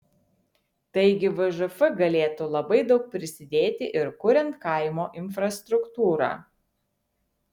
taigi vžf galėtų labai daug prisidėti ir kuriant kaimo infrastruktūrą